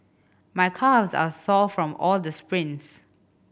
my calves are sore from all the sprints